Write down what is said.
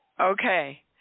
Okay